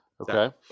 okay